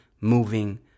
moving